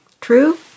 True